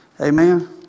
Amen